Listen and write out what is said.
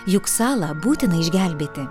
juk salą būtina išgelbėti